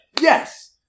yes